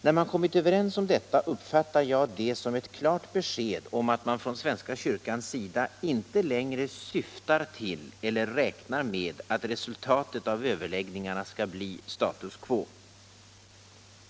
När man kommit överens om detta, uppfattar jag det som ett klart besked om att man från svenska kyrkans sida inte längre syftar till eller räknar med att resultatet av överläggningarna skall bli status quo.